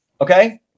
okay